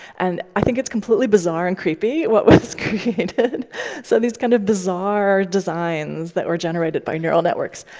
and i think it's completely bizarre and creepy what was created so these kind of bizarre designs that were generated by neural networks.